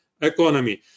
economy